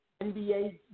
NBA